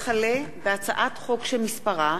הצעת חוק מס ערך